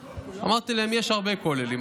אמרתי להם: יש הרבה כוללים,